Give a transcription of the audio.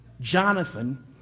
Jonathan